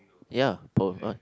ya